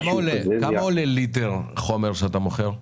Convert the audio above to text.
כמה עולה ליטר חומר שאתה מוכר?